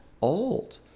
old